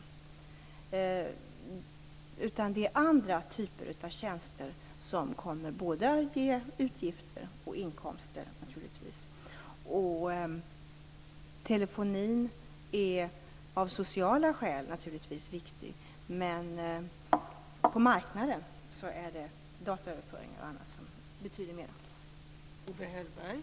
Det är andra typer av tjänster som kommer att ge både utgifter och inkomster, naturligtvis. Telefonin är av sociala skäl viktig. Men på marknaden betyder bl.a. dataöverföringar mera.